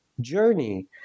journey